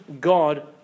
God